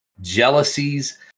jealousies